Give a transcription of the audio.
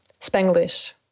Spanglish